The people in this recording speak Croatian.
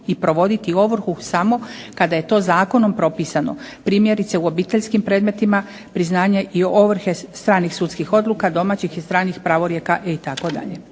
i provoditi ovrhu samo kada je to zakonom propisano, primjerice u obiteljskim predmetima, priznanje ovrhe stranih sudskih odluka, domaćih i stranih pravorijeka itd.